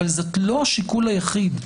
אבל זה לא השיקול היחיד.